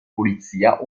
polizia